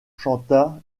chanta